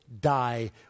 die